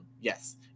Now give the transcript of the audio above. Yes